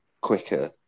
quicker